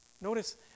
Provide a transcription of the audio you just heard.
Notice